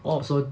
oh so